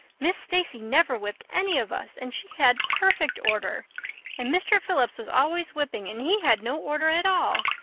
miss stacy never whipped any of us and she had perfect order and mr. phillips was always whipping and he had no order at all.